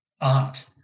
art